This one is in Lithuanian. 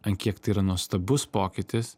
ant kiek tai yra nuostabus pokytis